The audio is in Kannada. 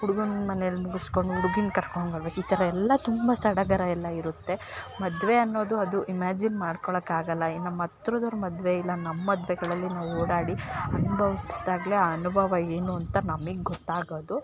ಹುಡ್ಗನ ಮನೆಯಲ್ ಮುಗಿಸ್ಕೊಂಡ್ ಹುಡ್ಗಿನ್ ಕರ್ಕೊಂಡು ಬರ್ಬೇಕು ಈ ಥರ ಎಲ್ಲಾ ತುಂಬ ಸಡಗರ ಎಲ್ಲ ಇರುತ್ತೆ ಮದುವೆ ಅನ್ನೋದು ಅದು ಇಮ್ಯಾಜಿನ್ ಮಾಡ್ಕೊಳೋಕಾಗಲ್ಲ ಇನ್ನು ನಮ್ಮಹತ್ರದವ್ರ್ ಮದುವೆ ಇಲ್ಲ ನಮ್ಮ ಮದುವೆಗಳಲ್ಲಿ ನಾವು ಓಡಾಡಿ ಅನ್ಬೌಸಿದಾಗ್ಲೆ ಅನುಭವ ಏನು ಅಂತ ನಮಗ್ ಗೊತ್ತಾಗೋದು